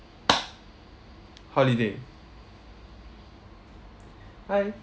holiday hi